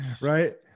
right